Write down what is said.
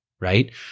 right